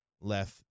left